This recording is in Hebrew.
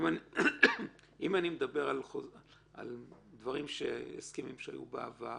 אם אני מדבר על הסכמים שהיו בעבר,